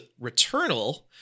Returnal